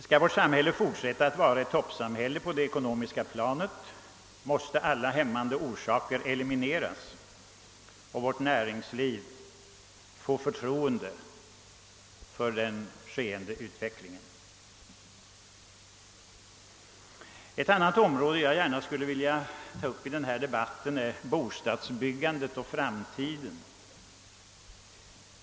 Skall vårt samhälle kunna fortsätta att vara ett toppsamhälle på det ekonomiska planet måste alla hämmande orsaker elimineras och vårt näringsliv få förtroende för den pågående utvecklingen. Ett annat område som jag vill ta upp i debatten är bostadsbyggandet för framtiden.